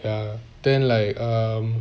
ya then like um